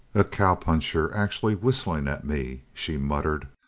a cowpuncher actually whistling at me! she muttered,